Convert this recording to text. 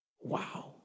Wow